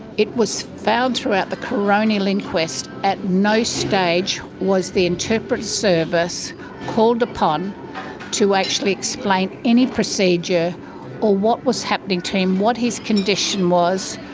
it was found throughout the coronial inquest at no stage was the interpreter service called upon to actually explain any procedure or what was happening to him, what his condition was,